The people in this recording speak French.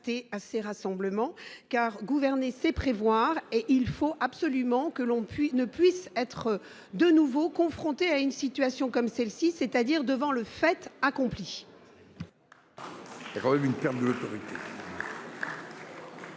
à ces rassemblements, car gouverner c'est prévoir et il faut absolument que l'on puisse ne puisse être de nouveau confrontés à une situation comme celle-ci, c'est-à-dire devant le fait accompli.